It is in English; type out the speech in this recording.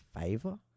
favor